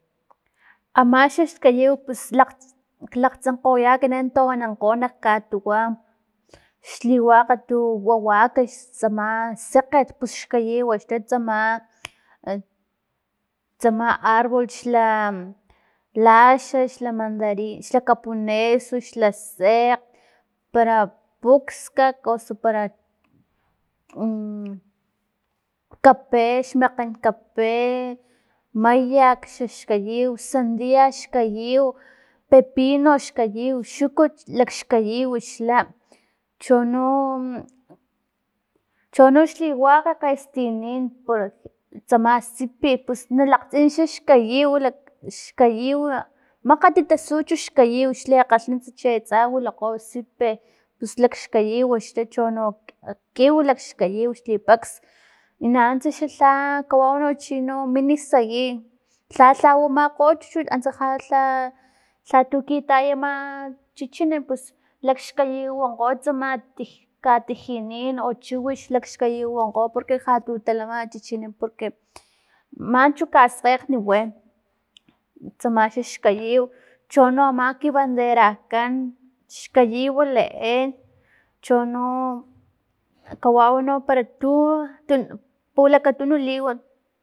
Ama xaxkayiw pus lak- lakgtsinkgoya ekitnan tu anankgo nak katuwan xliwakga tu wa- wakax tsama sekget pus xkayiwa xa tsama tsama arbol xla laxax xl mandarin, xla kapuneus osu xlasek, para pukskak o kape, xmakgen kape mayak xax kayiw, sandia xkayiw, pepino xkayiw, xukut lakxkayiw xla, chono chono xliwakg kgestinin tsama sipi pus nalakgtsin xkayiw makgati tasu chu xkayiw xlekgalhnuntsa chi atsa wilakgo sipi pus lakxkayiw chono kiw lakxkayiw xlipaks, i nanuntsa lha kawau chino mini sayin, lha lha wamakgo chuchut antsa lha lha kitayama chichini pus lakxkayiw wonkgo tsama tij- katijinin no chiwiy xkayiwi wonkgo porque jatu talama chichini porque manchu kaskgekgne wi, tsamalhi xkayiw, chono ama ki banderakan xkayiw leen chono kawau no paratu tu- pulakatunu liwa.